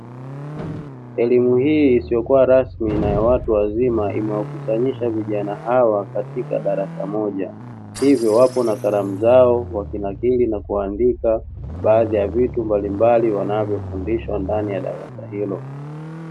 Elimu hii isiyokua rasmi na watu wazima imewakutanisha vijana hawa katika darasa moja. Hivyo wapo na kalamu zao wakinakili na kuandika baadhi ya vitu mbalimbali wanavyofundishwa ndani darasa hilo